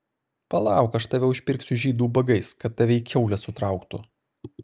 palauk aš tave užpirksiu žydų ubagais kad tave į kiaulę sutrauktų